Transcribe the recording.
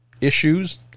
issues